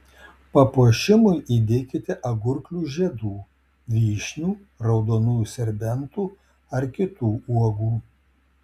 papuošimui įdėkite agurklių žiedų vyšnių raudonųjų serbentų ar kitų uogų